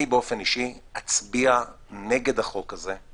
אני באופן אישי אצביע נגד החוק הזה,